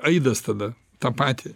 aidas tada tą patį